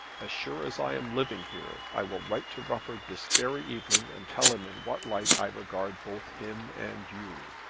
as sure as i am living here i will write to rufford this very evening and tell him in what light i regard both him and you.